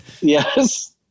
Yes